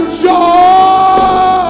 joy